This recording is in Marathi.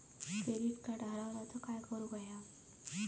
क्रेडिट कार्ड हरवला तर काय करुक होया?